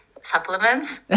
supplements